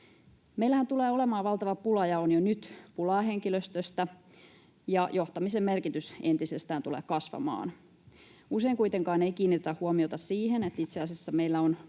Meillähän tulee olemaan valtava pula — ja on jo nyt — henkilöstöstä, ja johtamisen merkitys entisestään tulee kasvamaan. Usein kuitenkaan ei kiinnitetä huomiota siihen, että itse asiassa meillä on